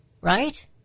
Right